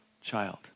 child